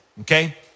Okay